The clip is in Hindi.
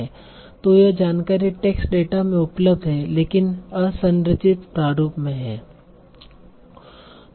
तो यह जानकारी टेक्स्ट डेटा में उपलब्ध है लेकिन असंरचित प्रारूप में है